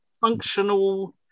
functional